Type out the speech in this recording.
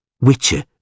Witcher